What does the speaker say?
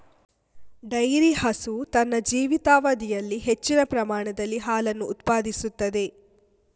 dairy ಹಸು ತನ್ನ ಜೀವಿತಾವಧಿಯಲ್ಲಿ ಹೆಚ್ಚಿನ ಪ್ರಮಾಣದಲ್ಲಿ ಹಾಲನ್ನು ಉತ್ಪಾದಿಸುತ್ತದೆ